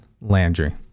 Landry